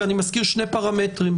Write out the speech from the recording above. אני מזכיר שני פרמטרים.